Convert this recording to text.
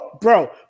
bro